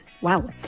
Wow